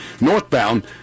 northbound